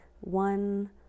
one